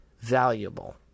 valuable